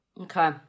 Okay